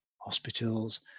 hospitals